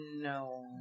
No